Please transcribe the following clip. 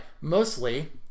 mostly